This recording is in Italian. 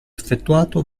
effettuato